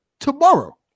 Tomorrow